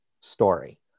story